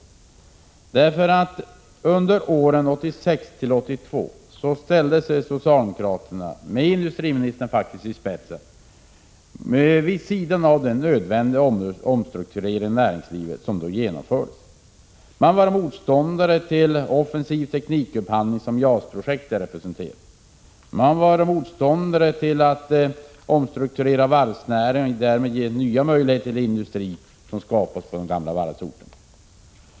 Under åren 1976-1982 ställde sig socialdemokraterna, med industriministern i spetsen, vid sidan av den nödvändiga omstrukturering i näringslivet som då genomfördes. Man var motståndare till offensiv teknikupphandling, som JAS-projektet representerade. Man var motståndare till att omstrukturera varvsnäringen och därmed ge nya möjligheter till industri på de gamla varvsorterna.